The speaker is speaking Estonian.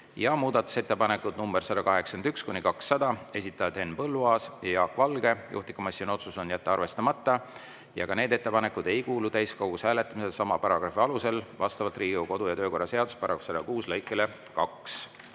Ja muudatusettepanekud nr 181–200, esitajad Henn Põlluaas ja Jaak Valge. Juhtivkomisjoni otsus on jätta need arvestamata. Ka need ettepanekud ei kuulu täiskogus hääletamisele sama paragrahvi alusel, vastavalt Riigikogu kodu- ja töökorra seaduse § 106 lõikele 2.